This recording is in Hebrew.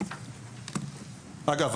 אגב,